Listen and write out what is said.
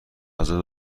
غذا